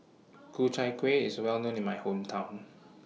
Ku Chai Kueh IS Well known in My Hometown